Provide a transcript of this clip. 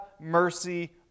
mercy